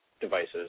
devices